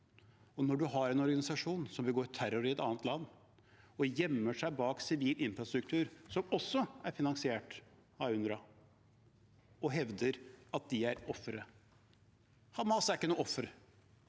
Man har en organisasjon som begår terror i et annet land og gjemmer seg bak sivil infrastruktur, som også er finansiert av UNRWA, og hevder at de er ofre. Hamas er ikke ofre.